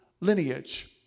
lineage